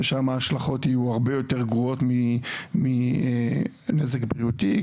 שם ההשלכות יהיו הרבה יותר גרועות מנזק בריאותי,